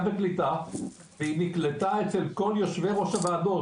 וקליטה והיא נקלטה אצל כל יושבי ראש הוועדות,